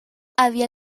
había